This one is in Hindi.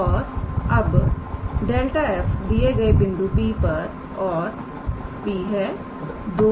और अब∇⃗ 𝑓 दिए गए बिंदु P पर और P है 2 −23